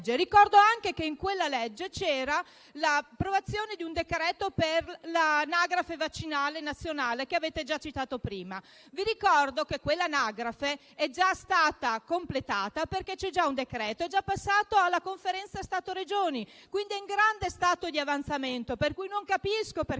Ricordo anche che in quella legge c'era l'approvazione di un decreto per l'anagrafe vaccinale nazionale, che avete già citato prima. Ricordo che quella anagrafe è già stata completata perché c'è già un decreto, passato ormai alla Conferenza Stato-Regioni. Quindi, è in grande stato di avanzamento.